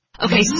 Okay